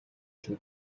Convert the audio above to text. шүү